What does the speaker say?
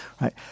right